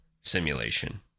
simulation